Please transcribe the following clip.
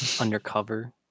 undercover